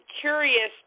curious